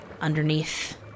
underneath